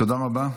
תודה רבה.